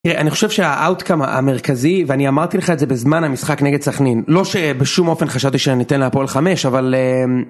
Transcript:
אני חושב שהאאוטקאם המרכזי, ואני אמרתי לך את זה בזמן המשחק נגד סכנין, לא שבשום אופן חשבתי שניתן להפועל חמש, אבל אממ...